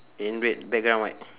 in red background right